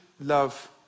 love